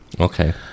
Okay